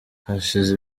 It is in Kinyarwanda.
hashize